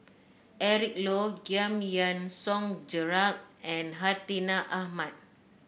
Eric Low Giam Yean Song Gerald and Hartinah Ahmad